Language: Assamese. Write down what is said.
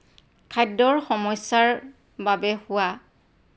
খাদ্যৰ সমস্যাৰ বাবে হোৱা